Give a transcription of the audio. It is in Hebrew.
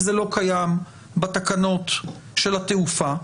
זה לא קיים בתקנות של התעופה,